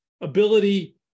Ability